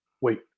Wait